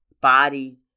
body